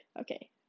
Okay